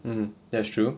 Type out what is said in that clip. um that's true